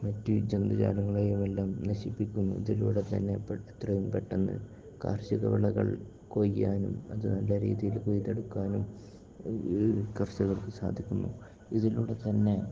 മറ്റു ജന്തുജാലങ്ങളെയും എല്ലാം നശിപ്പിക്കുന്നു ഇതിലൂടെ തന്നെ എത്രയും പെട്ടെന്നു കാർഷിക വിളകൾ കൊയ്യാനും അതു നല്ല രീതിയില് കൊയ്തെടുക്കാനും കർഷകര്ക്കു സാധിക്കുന്നു ഇതിലൂടെ തന്നെ